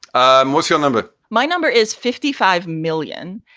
and what's your number? my number is fifty five million.